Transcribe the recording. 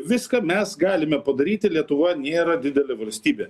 viską mes galime padaryti lietuva nėra didelė valstybė